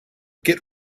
git